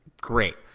great